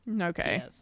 Okay